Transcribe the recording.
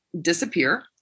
disappear